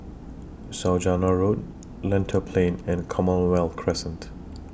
Saujana Road Lentor Plain and Commonwealth Crescent